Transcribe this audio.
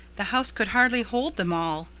the house could hardly hold them all.